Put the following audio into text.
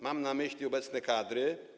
Mam na myśli obecne kadry.